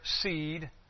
seed